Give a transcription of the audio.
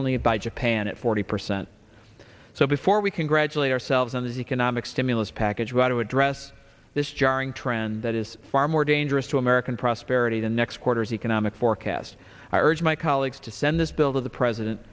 only by japan at forty percent so before we congratulate ourselves on the economic stimulus package about to address this jarring trend that is far more dangerous to american prosperity the next quarter's economic forecast i urge my colleagues to send this bill to the president